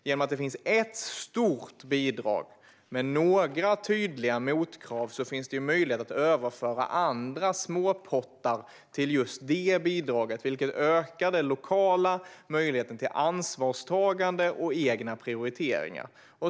Genom att det finns ett stort bidrag med några tydliga motkrav finns det möjlighet att överföra andra småpotter till just det bidraget, vilket ökar den lokala möjligheten till ansvarstagande och egna prioriteringar.